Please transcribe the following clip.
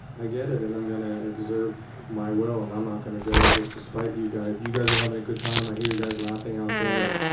i get it and i'm going to exert my will and i'm not going to go just to spite you guys. you guys are having a good time. i hear you guys laughing out there, and